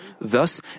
Thus